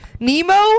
Nemo